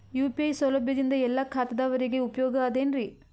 UPI ಸೌಲಭ್ಯದಿಂದ ಎಲ್ಲಾ ಖಾತಾದಾವರಿಗ ಉಪಯೋಗ ಅದ ಏನ್ರಿ?